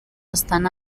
estan